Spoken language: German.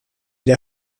der